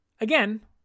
Again